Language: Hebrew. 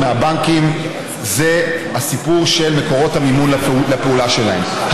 מהבנקים זה הסיפור של מקורות המימון לפעולה שלהם.